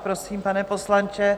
Prosím, pane poslanče.